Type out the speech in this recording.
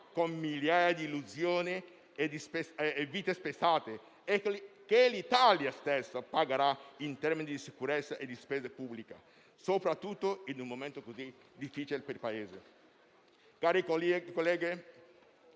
con migliaia di illusioni e di vite spezzate, che l'Italia stessa pagherà in termini di sicurezza e di spesa pubblica, soprattutto in un momento così difficile per il Paese. Cari colleghi,